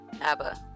ABBA